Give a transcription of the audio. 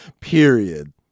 period